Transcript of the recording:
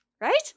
Right